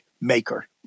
maker